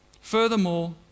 Furthermore